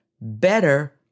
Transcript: better